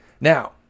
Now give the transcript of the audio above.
Now